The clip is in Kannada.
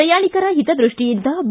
ಪ್ರಯಾಣಿಕರ ಹಿತದೃಷ್ಷಿಯಿಂದ ಬಿ